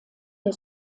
der